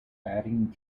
batting